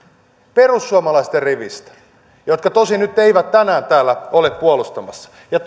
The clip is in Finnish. perussuomalaisten rivistä jotka tosin nyt eivät tänään täällä ole puolustamassa ja